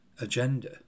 agenda